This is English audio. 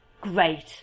great